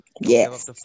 yes